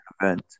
event